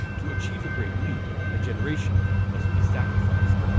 to achieve a great leap, a generation must be sacrificed.